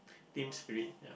team spirit ya